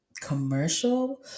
commercial